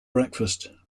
breakfast